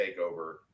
takeover